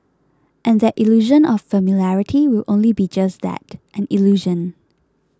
and that illusion of familiarity will only be just that an illusion